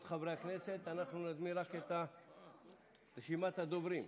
חברי הכנסת אנחנו נקריא רק את רשימת הדוברים.